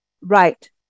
right